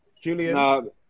Julian